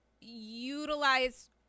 utilize –